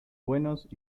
buenos